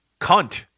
cunt